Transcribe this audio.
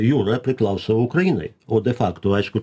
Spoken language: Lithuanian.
jura priklauso ukrainai o de fakto aišku